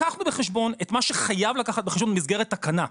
לקחנו בחשבון את מה שחייב לקחת בחשבון במסגרת תקנה,